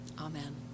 Amen